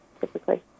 typically